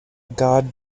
god